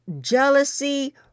jealousy